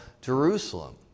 Jerusalem